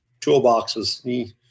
toolboxes